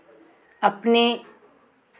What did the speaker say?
अपने